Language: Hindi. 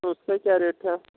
तो उसका क्या रेट है